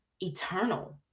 eternal